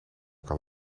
kan